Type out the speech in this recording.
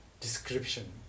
description